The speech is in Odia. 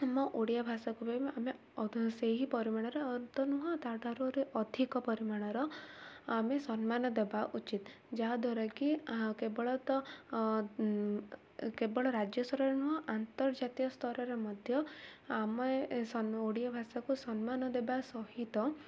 ଆମ ଓଡ଼ିଆ ଭାଷାକୁ ପାଇଁ ଆମେ ସେହି ପରିମାଣରେ ନୁହେଁ ତା'ଠାରୁ ଅଧିକ ପରିମାଣର ଆମେ ସମ୍ମାନ ଦେବା ଉଚିତ ଯାହାଦ୍ୱାରା କିି କେବଳ ତ କେବଳ ରାଜ୍ୟସ୍ତରରେ ନୁହେଁ ଆନ୍ତର୍ଜାତୀୟସ୍ତରରେ ମଧ୍ୟ ଆମେ ଓଡ଼ିଆ ଭାଷାକୁ ସମ୍ମାନ ଦେବା ସହିତ